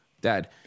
Dad –